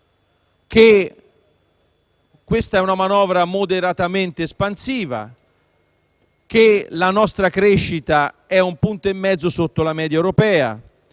che questa è una manovra moderatamente espansiva, che la nostra crescita è un punto e mezzo sotto la media europea